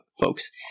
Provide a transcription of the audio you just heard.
folks